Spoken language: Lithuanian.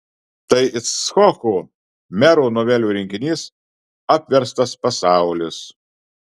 tai icchoko mero novelių rinkinys apverstas pasaulis